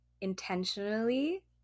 Intentionally